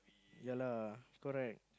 ya lah correct